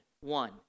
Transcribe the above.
one